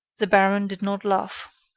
the baron did not laugh.